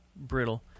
brittle